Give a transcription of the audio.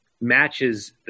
matches